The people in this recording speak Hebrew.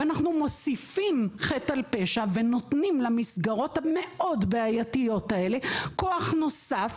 מוסיפים חטא על פשע ונותנים למסגרות הבעייתיות האלה כוח נוסף.